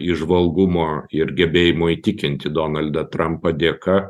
įžvalgumo ir gebėjimo įtikinti donaldą trampą dėka